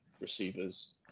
receivers